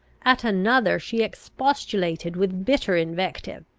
at another she expostulated, with bitter invective,